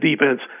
defense